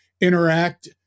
interact